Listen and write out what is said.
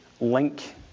link